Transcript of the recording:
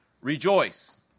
rejoice